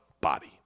Body